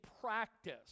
practice